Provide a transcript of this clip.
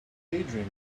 daydream